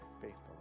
faithfully